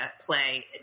play